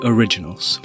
Originals